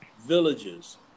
villages